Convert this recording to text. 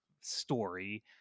story